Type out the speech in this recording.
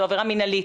זו עבירה מנהלית.